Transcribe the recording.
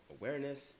awareness